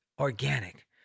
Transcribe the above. organic